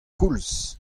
koulz